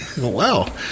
wow